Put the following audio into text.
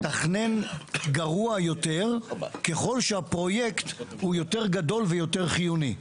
תכנן גרוע יותר ככל שהפרויקט הוא יותר גדול ויותר חיוני.